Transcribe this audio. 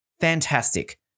fantastic